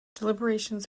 deliberations